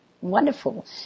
Wonderful